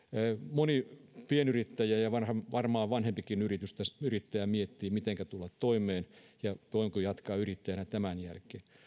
moni pienyrittäjä ja varmaan vanhempikin yrittäjä miettii mitenkä tulla toimeen ja voinko jatkaa yrittäjänä tämän jälkeen katsotaan